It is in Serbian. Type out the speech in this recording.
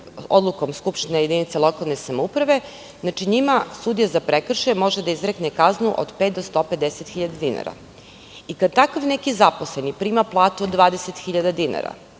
odlukom skupštine jedinice lokalne samouprave, njima sudija za prekršaj može da izrekne kaznu od 5.000 do 150.000 dinara. Kada takav neki zaposleni prima platu od 20 hiljada dinara,